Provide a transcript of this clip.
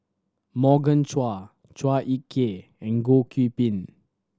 Morgan Chua Chua Ek Kay and Goh Qiu Bin